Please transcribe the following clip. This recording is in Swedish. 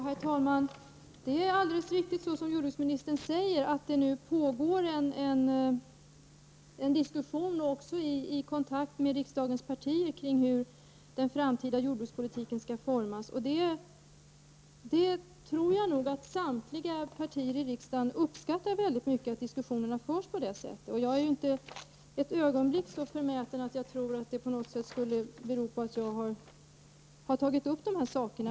Herr talman! Det är alldeles riktigt att det nu pågår en diskussion mellan riksdagens partier om hur den framtida jordbrukspolitiken skall formas. Jag tror att samtliga partier i riksdagen uppskattar att dessa diskussioner förs. Jag är inte ett ögonblick så förmäten att jag tror att detta beror på att jag har tagit upp dessa frågor.